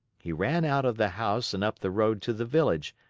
he ran out of the house and up the road to the village,